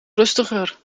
rustiger